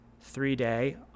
three-day